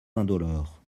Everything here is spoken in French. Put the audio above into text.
indolore